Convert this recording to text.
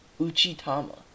Uchitama